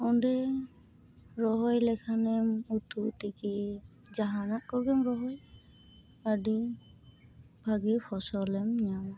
ᱚᱸᱰᱮ ᱨᱚᱦᱚᱭ ᱞᱮᱠᱷᱟᱱᱮᱢ ᱩᱛᱩ ᱛᱤᱠᱤ ᱡᱟᱦᱟᱱᱟᱜ ᱠᱚᱜᱮᱢ ᱨᱚᱦᱚᱭ ᱟᱹᱰᱤ ᱵᱷᱟᱹᱜᱤ ᱯᱷᱚᱥᱚᱞᱮᱢ ᱧᱟᱢᱟ